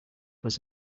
was